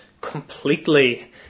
completely